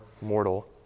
mortal